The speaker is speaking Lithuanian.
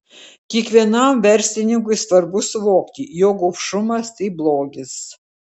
kiekvienam verslininkui svarbu suvokti jog gobšumas tai blogis